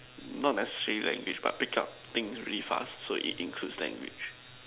not necessary language things very fast so it includes language